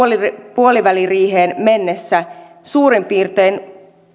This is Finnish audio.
puoliväliriiheen mennessä suurin piirtein